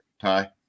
Ty